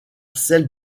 celle